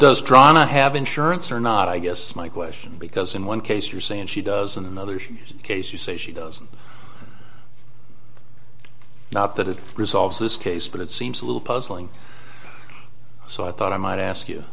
does draw not have insurance or not i guess my question because in one case you're saying she does in another case you say she does not that it resolves this case but it seems a little puzzling so i thought i might ask you